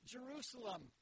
Jerusalem